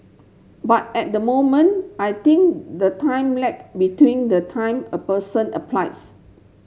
but at the moment I think the time lag between the time a person applies